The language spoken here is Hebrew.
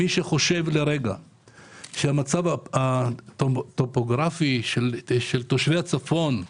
מי שחושב לרגע על המצב הטופוגרפי של תושבי הצפון,